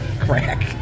Crack